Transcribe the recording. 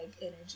energy